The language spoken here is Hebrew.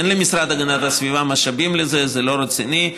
אין למשרד להגנת הסביבה משאבים לזה, זה לא רציני,